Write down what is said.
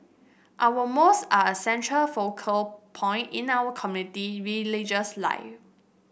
our mouth are a central focal point in our community religious life